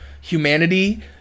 humanity